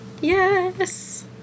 Yes